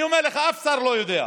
אני אומר לך, אף שר לא יודע.